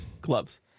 Gloves